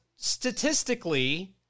statistically